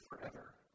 forever